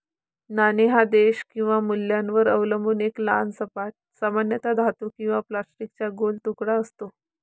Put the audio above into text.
नाणे हा देश किंवा मूल्यावर अवलंबून एक लहान सपाट, सामान्यतः धातू किंवा प्लास्टिकचा गोल तुकडा असतो